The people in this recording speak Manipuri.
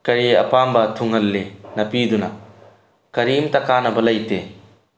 ꯀꯔꯤ ꯑꯄꯥꯝꯕ ꯊꯨꯡꯍꯜꯂꯤ ꯅꯥꯄꯤꯗꯨꯅ ꯀꯔꯤꯝꯇ ꯀꯥꯟꯅꯕ ꯂꯩꯇꯦ